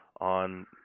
on